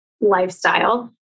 lifestyle